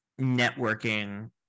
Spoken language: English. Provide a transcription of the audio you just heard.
networking